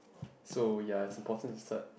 so ya it's important cert